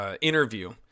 interview